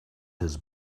his